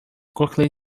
quickly